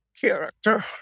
character